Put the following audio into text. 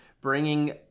bringing